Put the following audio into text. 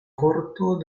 korto